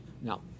now